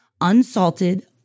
unsalted